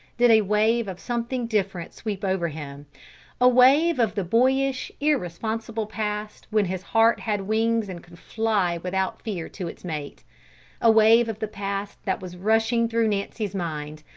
did a wave of something different sweep over him a wave of the boyish, irresponsible past when his heart had wings and could fly without fear to its mate a wave of the past that was rushing through nancy's mind,